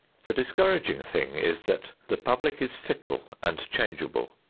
the discouraging thing is that the public is fickle and changeable,